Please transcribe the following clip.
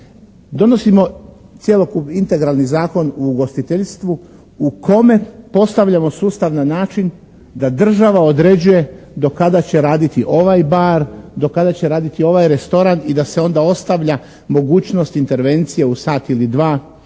Donosimo cjelokupni integralni Zakon o ugostiteljstvu u kome postavljamo sustav na način da država određuje do kada će raditi ovaj bar, do kada će raditi ovaj restoran i da se onda ostavlja mogućnost intervencije u sat ili dva